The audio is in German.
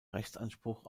rechtsanspruch